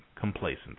complacency